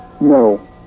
No